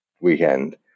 weekend